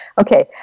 Okay